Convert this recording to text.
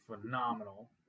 phenomenal